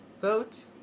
Vote